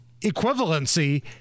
equivalency